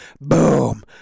boom